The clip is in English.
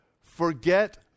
Forget